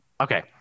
Okay